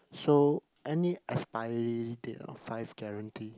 so any expiry date of five guarantee